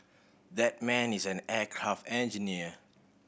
that man is an aircraft engineer